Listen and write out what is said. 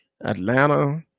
Atlanta